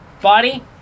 Body